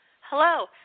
Hello